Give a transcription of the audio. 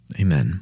Amen